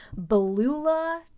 Balula